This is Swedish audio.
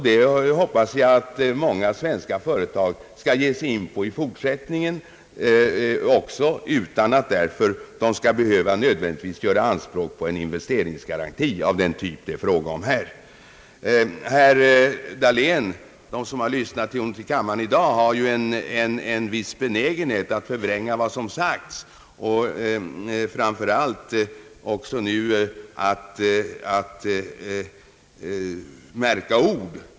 Det hoppas jag att många svenska företag skall ge sig in på i fortsättningen också, utan att därför nödvändigtvis göra anspråk på en investeringsgaranti av den typ det är fråga om här. Till herr Dahlén vill jag säga att de som lyssnat till honom i kammaren i dag har funnit en viss benägenhet hos honom att förvränga vad som har sagts och framför allt att märka ord.